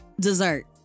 Dessert